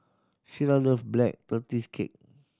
Shira love Black Tortoise Cake